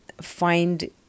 find